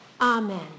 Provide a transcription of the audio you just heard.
Amen